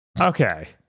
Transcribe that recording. Okay